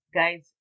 guys